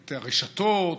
את הרשתות,